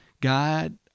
God